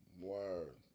Word